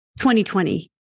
2020